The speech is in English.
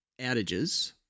outages